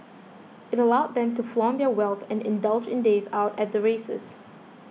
it allowed them to flaunt their wealth and indulge in days out at the races